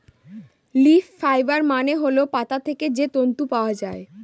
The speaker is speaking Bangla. লিফ ফাইবার মানে হল পাতা থেকে যে তন্তু পাওয়া যায়